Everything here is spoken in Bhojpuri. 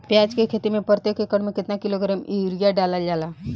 प्याज के खेती में प्रतेक एकड़ में केतना किलोग्राम यूरिया डालल जाला?